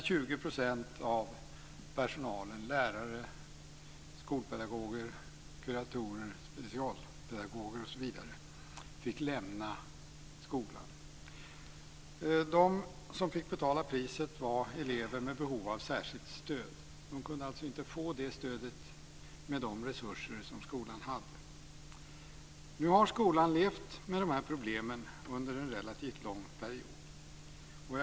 20 % av personalen, lärare, skolpedagoger, kuratorer, specialpedagoger osv. fick lämna skolan. De som fick betala priset var elever med behov av särskilt stöd. De kunde inte få det stödet med de resurser som skolan hade. Nu har skolan levt med problemen under en relativt lång period.